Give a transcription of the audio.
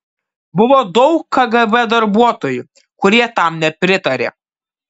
buvo daug kgb darbuotojų kurie tam nepritarė